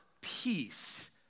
peace